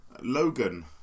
Logan